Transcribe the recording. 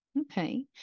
okay